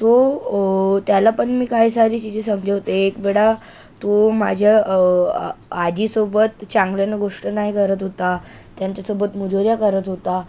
तो त्याला पण मी काही सारी चीजे समजवते एक वेळा तो माझ्या आजीसोबत चांगल्यानं गोष्ट नाही करत होता त्यांच्यासोबत मुजोऱ्या करत होता